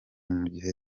mugihe